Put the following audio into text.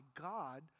God